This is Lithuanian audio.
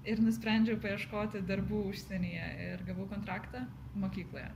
ir nusprendžiau paieškoti darbų užsienyje ir gavau kontraktą mokykloje